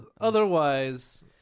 Otherwise